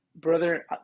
brother